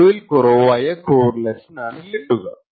02 ൽ കുറവായ കോറിലേഷൻ ആണ് കിട്ടുക